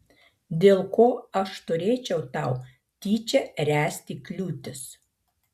dėl ko aš turėčiau tau tyčia ręsti kliūtis